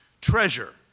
treasure